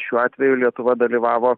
šiuo atveju lietuva dalyvavo